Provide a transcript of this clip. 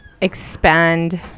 expand